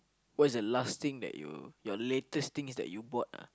what's the last thing that you your latest thing that you bought ah